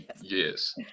Yes